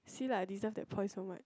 see like I didn't take point so much